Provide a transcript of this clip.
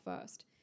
first